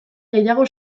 gehiago